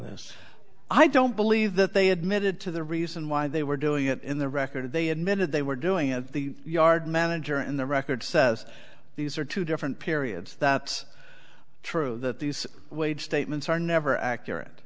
this i don't believe that they admitted to the reason why they were doing it in the record they admitted they were doing it the yard manager in the record says these are two different periods that's true that these wage statements are never accurate